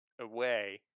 away